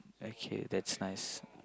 okay that's nice